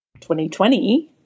2020